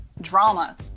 drama